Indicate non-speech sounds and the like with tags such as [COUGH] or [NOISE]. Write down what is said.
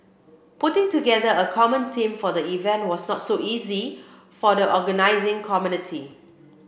putting together a common theme for the event was not so easy for the organising [UNINTELLIGIBLE]